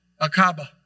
Aqaba